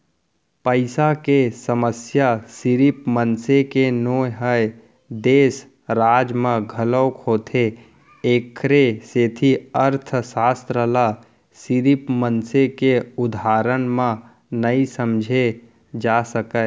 पइसा के समस्या सिरिफ मनसे के नो हय, देस, राज म घलोक होथे एखरे सेती अर्थसास्त्र ल सिरिफ मनसे के उदाहरन म नइ समझे जा सकय